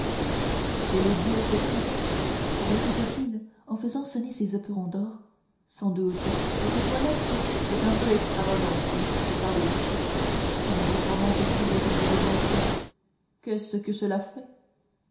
laissez-les dire petite répétait-il en faisant sonner ses éperons d'or sans doute votre toilette est un peu extravagante et farouche mais charmante fille comme vous êtes qu'est-ce que cela fait